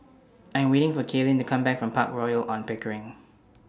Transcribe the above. I Am waiting For Kaylin to Come Back from Park Royal on Pickering